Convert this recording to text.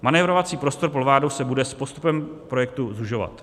Manévrovací prostor pro vládu se bude s postupem projektu zužovat.